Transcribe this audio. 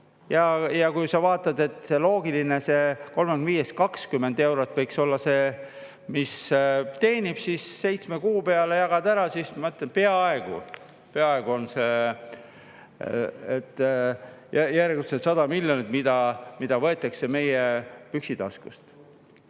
Ja kui sa vaatad, et on loogiline, et 35-st 20 eurot võiks olla see, mis teenib, ja see seitsme kuu peale ära jagada, siis ma mõtlen, et peaaegu on nii, et järgmised 100 miljonit võetakse meie püksitaskust.